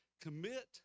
Commit